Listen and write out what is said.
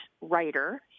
writer